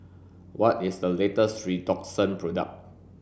what is the latest Redoxon product